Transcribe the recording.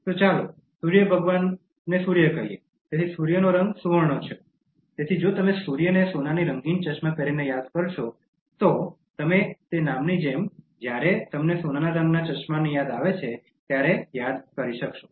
તો ચાલો સૂર્ય ભગવાનનો સૂર્ય કહીએ તેથી સૂર્યનો રંગ સુવર્ણ છે તેથી જો તમે સૂર્યને સોનાની રંગીન ચશ્મા પહેરીને યાદ કરશો તો તમે તે નામની જેમ જ્યારે તમને સોનાના રંગના ચશ્મા યાદ આવે ત્યારે યાદ કરી શકશો